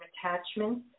attachments